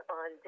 on